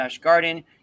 garden